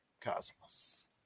Cosmos